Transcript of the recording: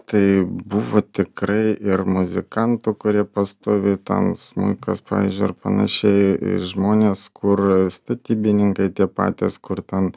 tai buvo tikrai ir muzikantų kurie pastoviai ten smuikas pavyzdžiui ir panašiai ir žmonės kur statybininkai tie patys kur ten